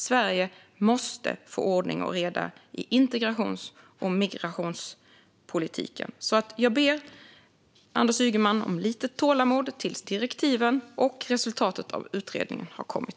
Sverige måste få ordning och reda i integrations och migrationspolitiken. Jag ber Anders Ygeman om lite tålamod tills direktiven och resultatet av utredningen har kommit.